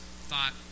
thought